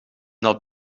dat